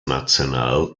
national